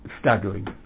staggering